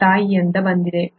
ನಿಮ್ಮ ತಾಯಿಯಿಂದ ಬಂದಿದೆ